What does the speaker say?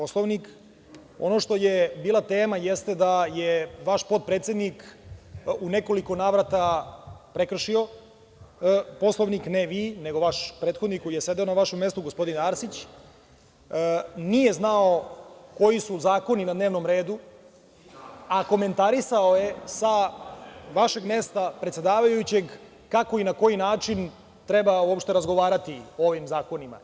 Ono što je bila tema jeste da je vaš potpredsednik u nekoliko navrata prekršio Poslovnik, ne vi, nego vaš prethodnik, koji je sedeo na vašem mestu, gospodin Arsić, nije znao koji su zakoni na dnevnom redu, a komentarisao je sa vašeg mesta predsedavajućeg, kako i na koji način treba uopšte razgovarati o ovim zakonima.